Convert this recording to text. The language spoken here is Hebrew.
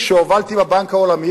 כשהובלתי בבנק העולמי,